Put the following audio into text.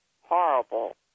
horrible